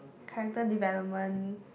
character development